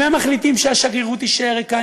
אם הם מחליטים שהשגרירות תישאר ריקה,